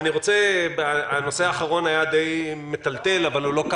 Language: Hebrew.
הנושא האחרון ששמענו היה די מטלטל אבל הוא לא כל